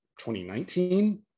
2019